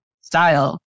style